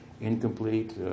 Incomplete